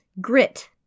grit